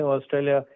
Australia